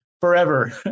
forever